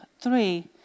three